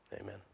Amen